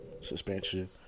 suspension